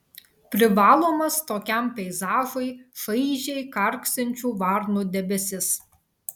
privalomas tokiam peizažui šaižiai karksinčių varnų debesis